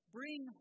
Bring